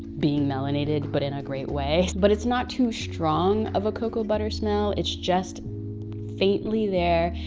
being melanated but in a great way. but it's not too strong of a cocoa butter smell. it's just faintly there.